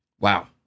Wow